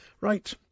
right